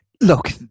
Look